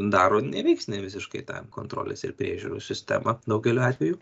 daro neveiksnią visiškai tą kontrolės ir priežiūros sistemą daugeliu atvejų